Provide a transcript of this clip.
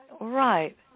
Right